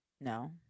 No